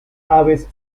aves